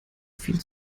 viel